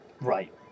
Right